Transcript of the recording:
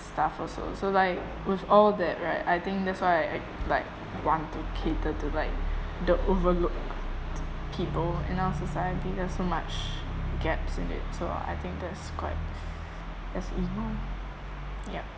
stuff also so like with all that right I think that's why I I like want to cater to like the overlooked people in our society there's so much gaps in it so I think that's quite that's emo yup